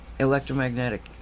Electromagnetic